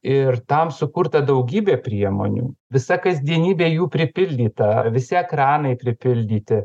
ir tam sukurta daugybė priemonių visa kasdienybė jų pripildyta visi ekranai pripildyti